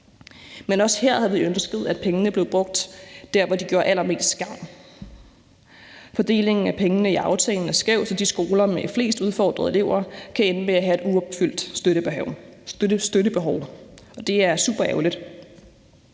Men også her har vi ønsket, at pengene blev brugt der, hvor de gjorde allermest gavn. Fordelingen af pengene i aftalen er skæv, så de skoler med flest udfordrede elever kan ende med at have et uopfyldt støttebehov. Det er superærgerligt.